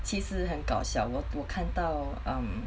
其实很搞笑我我看到 um